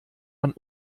man